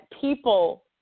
people